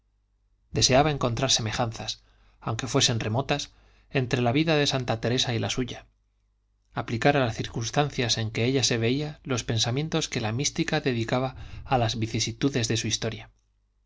deseaba encontrar semejanzas aunque fuesen remotas entre la vida de santa teresa y la suya aplicar a las circunstancias en que ella se veía los pensamientos que la mística dedicaba a las vicisitudes de su historia